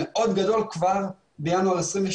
עד שלא יסדירו את הנושא מול כבאות ומול משרד העבודה ויוציאו